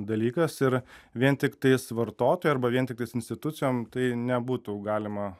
dalykas ir vien tiktais vartotojui arba vien tiktais institucijom tai nebūtų galima